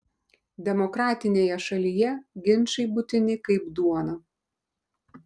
demokratinėje šalyje ginčai būtini kaip duona